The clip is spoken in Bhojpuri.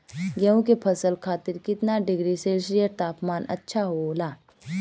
गेहूँ के फसल खातीर कितना डिग्री सेल्सीयस तापमान अच्छा होला?